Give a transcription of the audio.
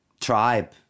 tribe